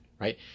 right